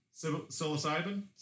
Psilocybin